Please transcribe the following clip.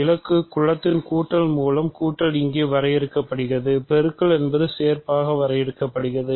இலக்கு குலத்தின் கூட்டல் மூலம் கூட்டல் இங்கே வரையறுக்கப்படுகிறது பெருக்கல் என்பது சேர்ப்பாக வரையறுக்கப்படுகிறது